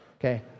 Okay